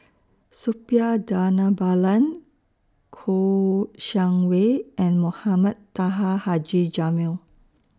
Suppiah Dhanabalan Kouo Shang Wei and Mohamed Taha Haji Jamil